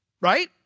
right